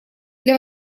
для